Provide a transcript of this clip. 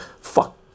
fuck